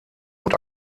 und